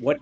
what